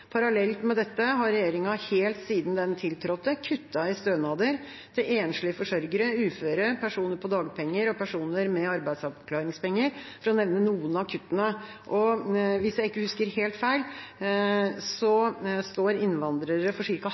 Parallelt med dette har regjeringa helt siden den tiltrådte, kuttet i stønader til enslige forsørgere, uføre, personer på dagpenger og personer med arbeidsavklaringspenger – for å nevne noen av kuttene. Hvis jeg ikke husker helt feil, står innvandrere for